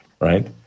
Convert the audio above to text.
Right